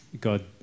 God